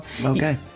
okay